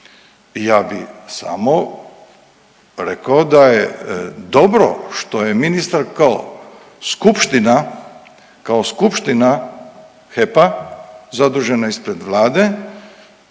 ja bi samo rekao da je dobro što je ministar kao skupština, kao skupština HEP-a zadužena ispred Vlade